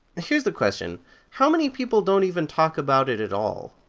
here's the question how many people don't even talk about it at all?